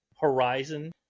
Horizon